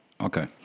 Okay